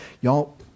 Y'all